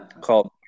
called